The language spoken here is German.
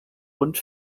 und